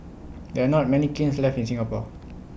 there are not many kilns left in Singapore